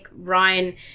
Ryan